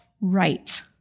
right